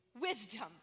wisdom